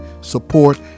support